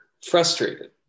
frustrated